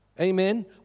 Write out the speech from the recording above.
Amen